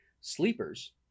Sleepers